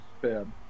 bad